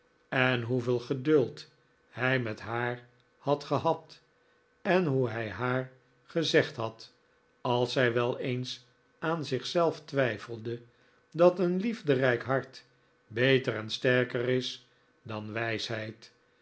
en hoeveel geduld hij met haar had gehad en hoe hij haar gezegd had als zij wel eens aan zich zelf twijfelde dat een liefderijk hart beter en sterker is dan wijsheid